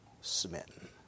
smitten